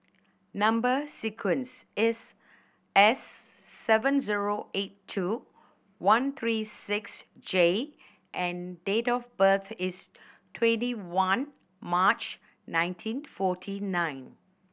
number sequence is S seven zero eight two one three six J and date of birth is twenty one March nineteen forty nine